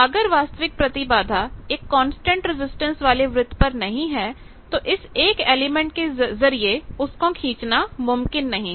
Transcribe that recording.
अगर वास्तविक प्रतिबाधा एक कांस्टेंट रजिस्टेंस वाले वृत्त पर नहीं है तो इस 1 एलिमेंट के जरिए उसको खींचना मुमकिन नहीं है